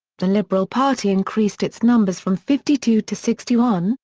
the liberal party increased its numbers from fifty two to sixty one,